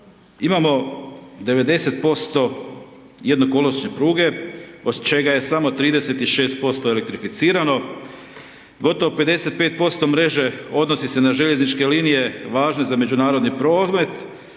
imamo 90% jednokoločne pruge od čega je samo 36% elektrificirano, gotovo 55% mreže odnosi se na željezničke linije važne za međunarodni promet